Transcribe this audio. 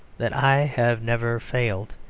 that i have never failed,